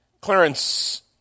Clarence